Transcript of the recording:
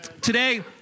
Today